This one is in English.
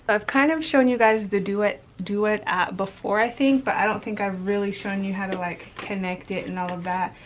i've kind of shown you guys the duet duet app before, i think, but i don't think i've really shown you how to like connect it and all of that.